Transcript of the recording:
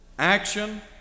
Action